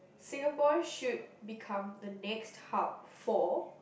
Singapore should become the next hub for